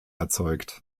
erzeugt